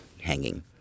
hanging